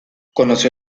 conoció